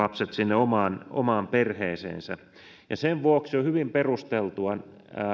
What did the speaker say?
omaan omaan perheeseensä sen vuoksi on hyvin perusteltua